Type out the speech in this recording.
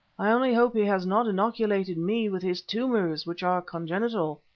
i only hope he has not inoculated me with his tumours, which are congenital.